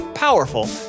powerful